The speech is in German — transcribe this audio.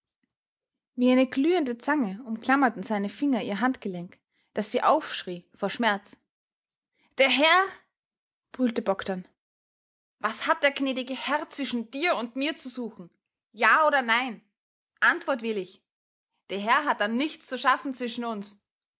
wie eine glühende zange umklammerten seine finger ihr handgelenk daß sie aufschrie vor schmerz der herr brüllte bogdn was hat der gnädige herr zwischen dir und mir zu suchen ja oder nein antwort will ich der herr hat da nichts zu schaffen zwischen uns